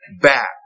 back